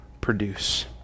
produce